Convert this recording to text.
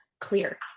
clear